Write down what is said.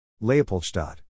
Leopoldstadt